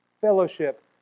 fellowship